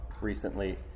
recently